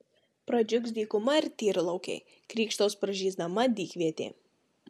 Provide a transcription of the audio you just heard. pradžiugs dykuma ir tyrlaukiai krykštaus pražysdama dykvietė